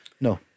no